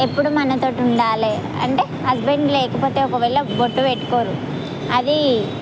ఎప్పుడు మన తోటి ఉండాలి అంటే హస్బెండ్ లేకపోతే ఒకవేళ బొట్టు పెట్టుకోరు అది